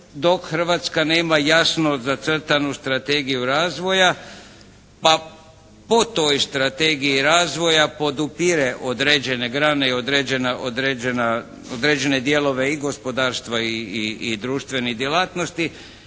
dok Hrvatska nema jasno zacrtanu strategiju razvoja pa po toj strategiji razvoja podupire određene grane i određene dijelove i gospodarstva i društvenih djelatnosti